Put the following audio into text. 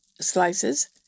slices